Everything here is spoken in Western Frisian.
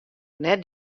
net